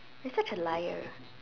you're such a liar